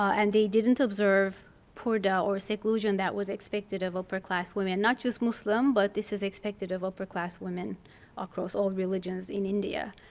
and they didn't observe purda or seclusion that was expected of upper-class women. not just muslim but this is expected of upper-class women across all religions in india.